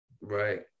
Right